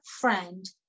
friend